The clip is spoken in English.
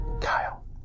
Kyle